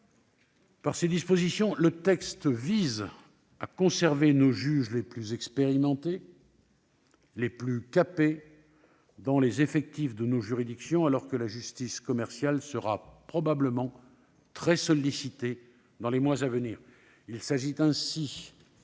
En effet, elle permet de conserver les juges les plus expérimentés, les plus capés, au sein de nos juridictions, alors que la justice commerciale sera probablement très sollicitée dans les mois à venir.